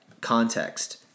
context